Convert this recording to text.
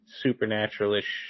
supernatural-ish